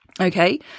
Okay